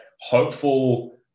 hopeful